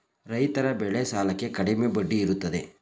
ರೈತರ ಬೆಳೆ ಸಾಲಕ್ಕೆ ಕಡಿಮೆ ಬಡ್ಡಿ ಇರುತ್ತದೆ